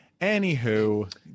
anywho